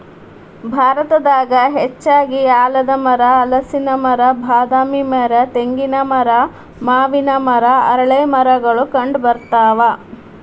ಭಾರತದಾಗ ಹೆಚ್ಚಾಗಿ ಆಲದಮರ, ಹಲಸಿನ ಮರ, ಬಾದಾಮಿ ಮರ, ತೆಂಗಿನ ಮರ, ಮಾವಿನ ಮರ, ಅರಳೇಮರಗಳು ಕಂಡಬರ್ತಾವ